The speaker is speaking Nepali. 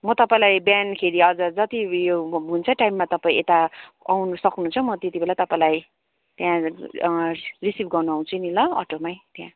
म तपाईँलाई बिहानखेरि हजुर जति उयो हुन्छ टाइममा तपाईँ यता आउन सक्नुहुन्छ म त्यति बेला तपाईँलाई त्यहाँ रिसिभ गर्न आउँछु नि ल अटोमै त्यहाँ